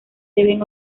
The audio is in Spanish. deben